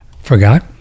Forgot